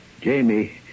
Jamie